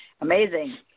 amazing